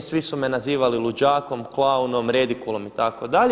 Svi su me nazivali luđakom, klaunom, redikulom itd.